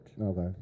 Okay